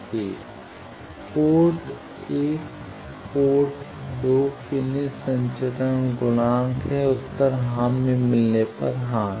port 1 से port 2 के लिए संचारण गुणांक उत्तर हां में मिलने पर हां है